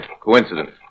coincidence